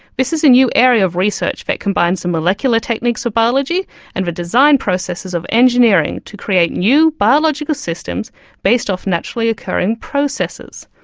this is a new area of research that combines the molecular techniques of biology and the design processes of engineering to create new biological systems based off naturally occurring processes.